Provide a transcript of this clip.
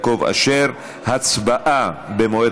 אנחנו עוברים להצעת חוק הסדרים במשק